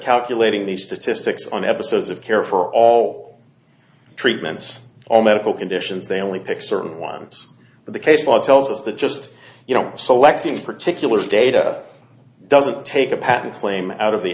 calculating the statistics on episodes of care for all treatments all medical conditions they only pick certain ones for the case law tells us that just you know selecting particular data doesn't take a patent claim out of the